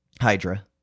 Hydra